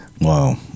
Wow